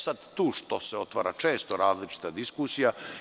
Sada se tu otvara često različita diskusija.